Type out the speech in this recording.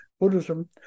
Buddhism